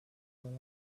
while